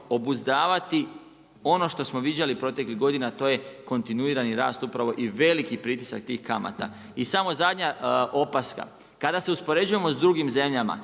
obuzdavati ono što smo viđali proteklih godina, a to je kontinuirani rast upravo i veliki pritisak tih kamata. I samo zadnja opaska, kada se uspoređujemo s drugim zemljama,